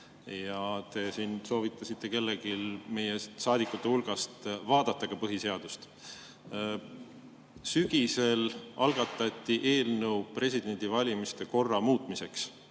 ja te soovitasite kellelegi meie saadikute hulgast vaadata ka põhiseadust. Sügisel algatati eelnõu presidendi valimise korra muutmiseks.